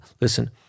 listen